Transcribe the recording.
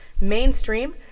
mainstream